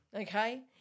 okay